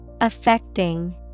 Affecting